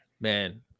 man